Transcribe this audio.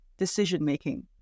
decision-making